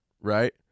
right